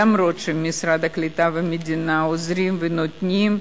אף-על-פי שמשרד הקליטה והמדינה עוזרים ונותנים,